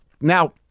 Now